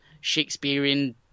Shakespearean